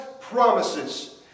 promises